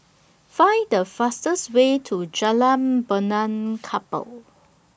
Find The fastest Way to Jalan Benaan Kapal